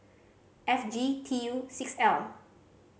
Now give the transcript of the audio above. F G T U six L